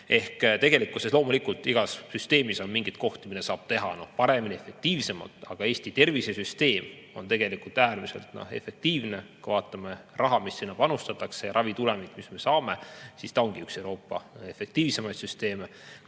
Ehk tegelikkuses loomulikult igas süsteemis on mingeid kohti, mida saab teha paremini, efektiivsemalt, aga Eesti tervisesüsteem on tegelikult äärmiselt efektiivne. Kui vaadata raha, mis sinna panustatakse, ja ravitulemit, mis me saame, siis on näha, et meil ongi üks Euroopa efektiivsemaid süsteeme,